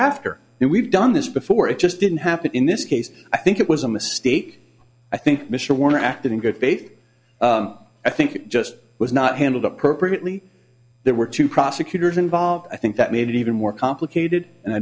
and we've done this before it just didn't happen in this case i think it was a mistake i think mr warner acted in good faith i think it just was not handled appropriately there were two prosecutors involved i think that made it even more complicated and i